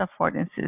affordances